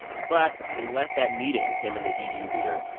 but they left that meeting, him and the eu leader,